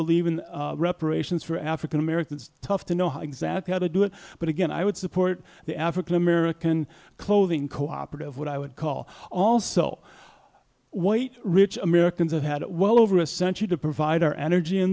believe in reparations for african americans tough to know exactly how to do it but again i would support the african american clothing cooperative what i would call also white rich americans have had at well over a century to provide our energy in